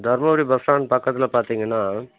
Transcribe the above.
Dharmapuri bus stand பக்கத்தில் பார்த்தீங்கன்னா